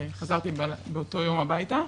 וחזרתי באותו יום הביתה.